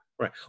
Right